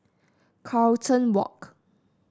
Carlton Walk